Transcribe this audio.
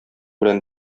белән